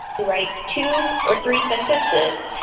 right two or three sentences,